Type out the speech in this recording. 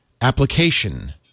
application